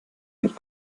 mit